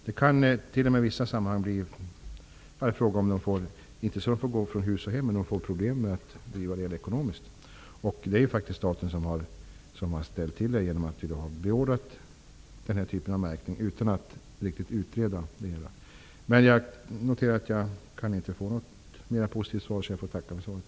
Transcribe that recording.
Det kan t.o.m. i vissa sammanhang uppstå problem med att få verksamheten att ekonomiskt gå ihop, även om det inte blir fråga om att gå från hus och hem. Det är ju faktiskt staten som har ställt till dessa problem genom att man har beordrat den här typen av märkning utan att man tillräckligt har utrett det hela. Jag konstaterar att jag inte kan få positivare svar än så. Jag får tacka för svaret.